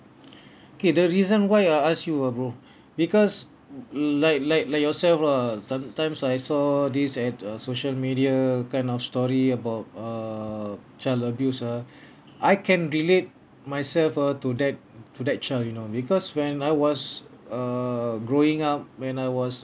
K the reason why I ask you ah bro because like like like yourself lah sometimes I saw this at uh social media kind of story about err child abuse ah I can relate myself ah to that to that child you know because when I was err growing up when I was